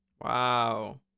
Wow